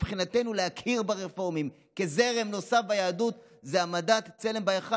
מבחינתנו להכיר ברפורמים כזרם נוסף ביהדות זה העמדת צלם בהיכל,